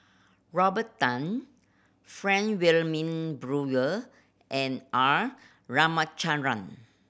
Robert Tan Frank Wilmin Brewer and R Ramachandran